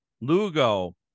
Lugo